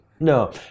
No